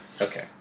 Okay